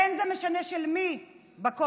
וזה לא משנה של מי בקואליציה.